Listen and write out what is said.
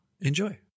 Enjoy